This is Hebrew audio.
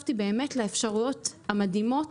שנחשפתי באמת לאפשרויות המדהימות